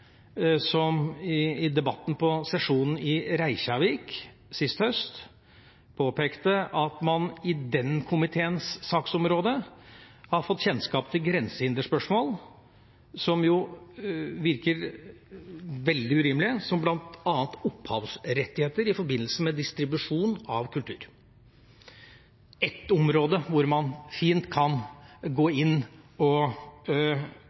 som i debatten på sesjonen i Reykjavik sist høst påpekte at man på den komiteens saksområde har fått kjennskap til grensehinderspørsmål som virker veldig urimelige, som bl.a. opphavsrettigheter i forbindelse med distribusjon av kultur, ett område hvor man fint kan gå inn og